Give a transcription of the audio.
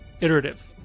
Iterative